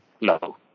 low